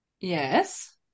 Yes